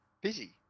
Busy